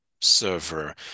server